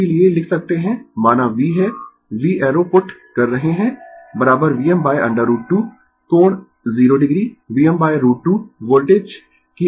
इसीलिए लिख सकते है माना V है V एरो पुट कर रहे है Vm√ 2 कोण 0 o Vm√ 2 वोल्टेज की rms वैल्यू है